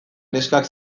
neskak